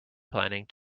planning